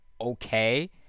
okay